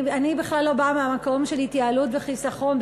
אני בכלל לא באה מהמקום של התייעלות וחיסכון,